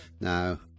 Now